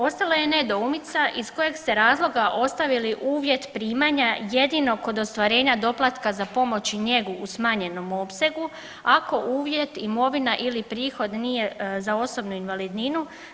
Ostala je nedoumica iz kojeg ste razloga ostavili uvjet primanja jedino kod ostvarenja doplatka za pomoć i njegu u smanjenom opsegu, ako uvjet imovina ili prihod nije za osobnu invalidninu.